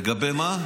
לגבי מה?